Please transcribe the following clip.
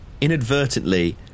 inadvertently